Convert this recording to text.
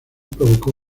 provocó